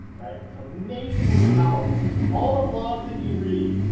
so amazingly powerful. so, all the blogs that you read.